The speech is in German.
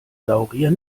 saurier